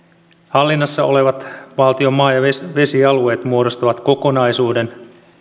hallinnassa olevat valtion maa ja vesialueet muodostavat kokonaisuuden